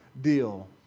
deal